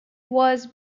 was